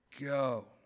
Go